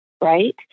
right